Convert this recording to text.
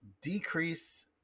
decrease